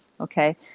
Okay